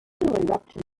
eruption